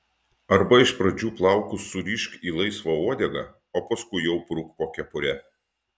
arba iš pradžių plaukus surišk į laisvą uodegą o paskui jau bruk po kepure